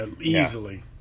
easily